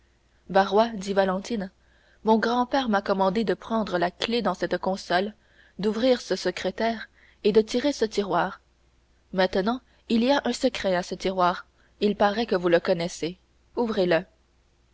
dit valentine mon grand-père m'a commandé de prendre la clef dans cette console d'ouvrir ce secrétaire et de tirer ce tiroir maintenant il y a un secret à ce tiroir il paraît que vous le connaissez ouvrez le